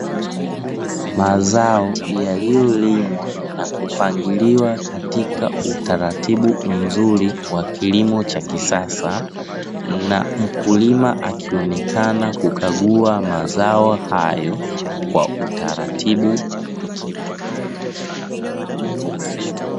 Mazao yaliyolimwa na kupangiliwa katika utaratibu mzuri wa kilimo cha kisasa, na mkulima akionekana kukagua mazao hayo kwa utaratibu.